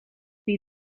wie